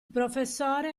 professore